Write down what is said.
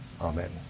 Amen